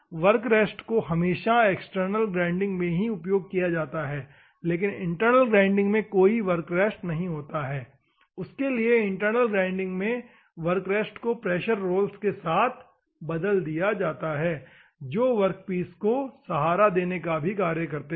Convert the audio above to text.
work rest को हमेशा external grinding में ही उपयोग किया जाता है लेकिन इंटरनल ग्राइंडिंग में कोई वर्क रेस्ट नहीं होता है इस उद्देश्य के लिए इंटरनल ग्राइंडिंग में वर्क रेस्ट को प्रेशर रोल्स के साथ बदल दिया जाता है जो वर्कपीस को सहारा देने का भी कार्य करते है